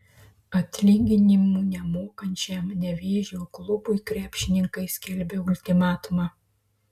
atlyginimų nemokančiam nevėžio klubui krepšininkai skelbia ultimatumą